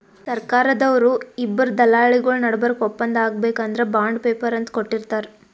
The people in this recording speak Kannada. ಸರ್ಕಾರ್ದವ್ರು ಇಬ್ಬರ್ ದಲ್ಲಾಳಿಗೊಳ್ ನಡಬರ್ಕ್ ಒಪ್ಪಂದ್ ಆಗ್ಬೇಕ್ ಅಂದ್ರ ಬಾಂಡ್ ಪೇಪರ್ ಅಂತ್ ಕೊಟ್ಟಿರ್ತಾರ್